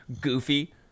goofy